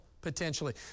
potentially